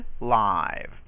live